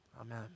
Amen